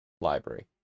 Library